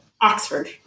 Oxford